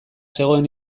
zegoen